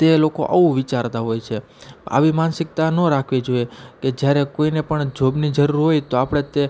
તે લોકો આવું વિચારતા હોય છે આવી માનસિકતા ન રાખવી જોઈએ કે જ્યારે કોઈને પણ જોબની જરૂર હોય તો આપણે તે